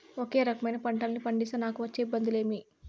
ఒకే రకమైన పంటలని పండిస్తే నాకు వచ్చే ఇబ్బందులు ఏమి?